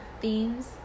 Themes